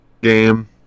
Game